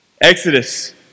Exodus